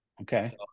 Okay